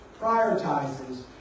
prioritizes